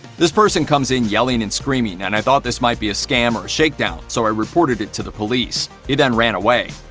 this person comes in yelling and screaming, and i thought this must be a scam or a shake-down, so i reported it to the police. he then ran away.